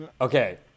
Okay